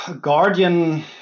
guardian